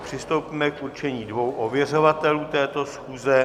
Přistoupíme k určení dvou ověřovatelů této schůze.